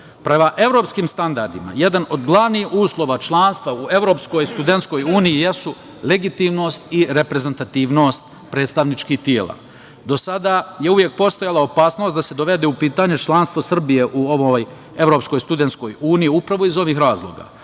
evropskim standardima jedan od glavnih uslova članstva u Evropskoj studentskoj uniji jesu legitimnost i reprezentativnost predstavničkih tela. Do sada je uvek postojala opasnost da se dovede u pitanje članstvo u Srbije u ovoj Evropskoj studentskoj uniji upravo iz ovih razloga. Ovim